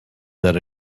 that